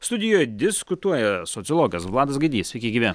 studijoje diskutuoja sociologas vladas gaidys sveiki gyvi